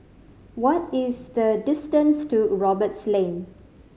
what is the distance to Roberts Lane